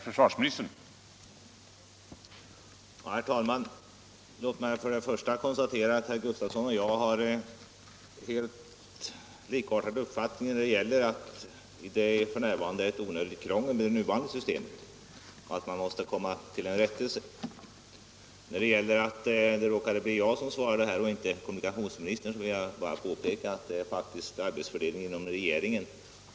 Herr talman! Herr Gustavsson i Nässjö och jag har helt likartad uppfattning: det nuvarande systemet medför ett onödigt krångel och en rättelse måste komma till stånd. När det gäller att jag svarade och inte kommunikationsministern vill jag bara påpeka, att vi faktiskt själva avgör arbetsfördelningen inom regeringen.